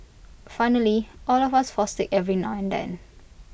finally all of us fall sick every now and then